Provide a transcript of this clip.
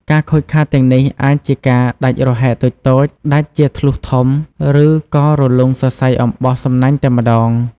ការខូចខាតទាំងនេះអាចជាការដាច់រហែកតូចៗ ដាច់ជាធ្លុះធំ ឬក៏រលុងសរសៃអំបោះសំណាញ់តែម្ដង។